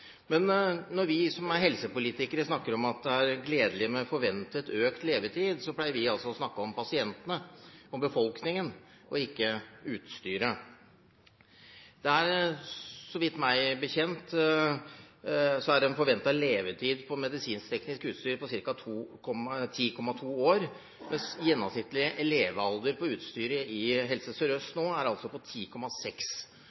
Men når vi som helsepolitikere snakker om at det er gledelig med forventet økt levetid, pleier vi å snakke om pasientene, om befolkningen, og ikke om utstyret. Det er, meg bekjent, en forventet levetid på medisinskteknisk utstyr på 10,2 år, mens gjennomsnittlig levealder på utstyret i Helse